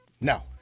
No